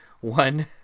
One